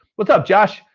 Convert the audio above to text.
what's up, josh?